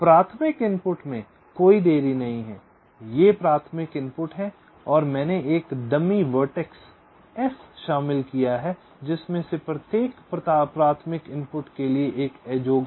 इसलिए प्राथमिक इनपुट में कोई देरी नहीं है ये प्राथमिक इनपुट हैं और मैंने एक डमी वर्टेक्स s शामिल किया है जिसमें से प्रत्येक प्राथमिक इनपुट के लिए एक एज होगी